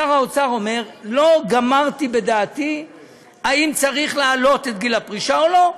שר האוצר אומר: לא גמרתי בדעתי אם צריך להעלות את גיל הפרישה או לא,